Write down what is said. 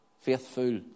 Faithful